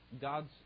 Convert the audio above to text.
God's